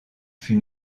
fut